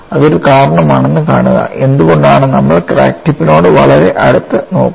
അതൊരു കാരണമാണെന്ന് കാണുക എന്തുകൊണ്ടാണ് നമ്മൾ ക്രാക്ക് ടിപ്പിനോട് വളരെ അടുത്ത് നോക്കുന്നത്